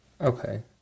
Okay